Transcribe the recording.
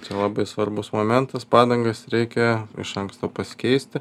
čia labai svarbus momentas padangas reikia iš anksto pasikeisti